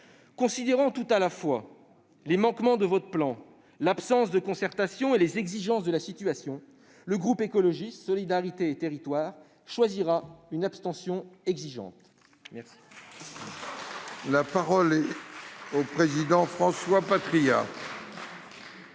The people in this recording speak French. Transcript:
Considérant tout à la fois les manques de votre plan, l'absence de concertation et les exigences de la situation, le groupe Écologiste - Solidarité et Territoires choisira une abstention exigeante.